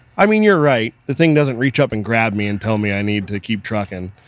i mean, you're right. the thing doesn't reach up and grab me and tell me i need to keep trucking,